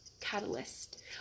catalyst